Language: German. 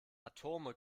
atome